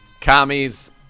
Commies